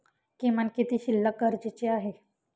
किमान किती शिल्लक गरजेची आहे?